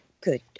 Good